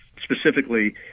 specifically